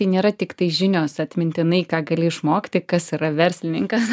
tai nėra tiktai žinios atmintinai ką gali išmokti kas yra verslininkas